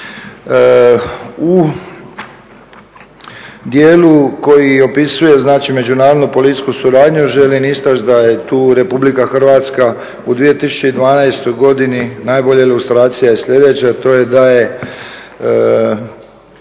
U dijelu koji opisuje znači međunarodnu policijsku suradnju želim istaći da je tu RH u 2012. godini najbolja ilustracija je sljedeća, a to je da je